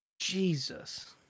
Jesus